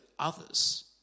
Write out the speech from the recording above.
others